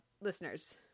listeners